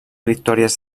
victòries